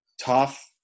tough